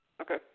Okay